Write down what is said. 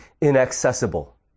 inaccessible